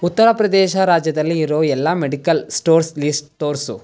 ಉತ್ತರ ಪ್ರದೇಶ ರಾಜ್ಯದಲ್ಲಿ ಇರೋ ಎಲ್ಲ ಮೆಡಿಕಲ್ ಸ್ಟೋರ್ಸ್ ಲೀಸ್ಟ್ ತೋರಿಸು